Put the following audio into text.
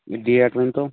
یہِ ڈیٹ ؤنۍتَو